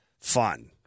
fun